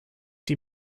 die